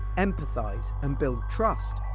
empathise and build trust,